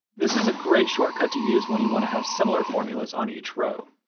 this is a great shortcut to use when you want to have similar formulas on each row.